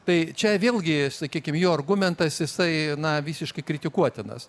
tai čia vėlgi sakykim jo argumentas jisai na visiškai kritikuotinas